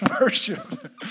worship